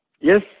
Yes